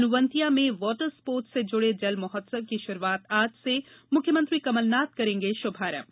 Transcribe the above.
हनुवंतियां में जल कीडा से जुड़े जल महोत्सव की शुरूआत आज से मुख्यमंत्री कमलनाथ करेंगे शुभारंभ